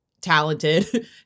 talented